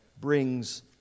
brings